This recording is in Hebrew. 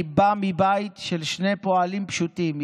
אני בא מבית של שני פועלים פשוטים,